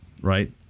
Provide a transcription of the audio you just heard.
right